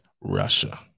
Russia